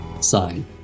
Sign